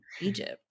Egypt